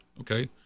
Okay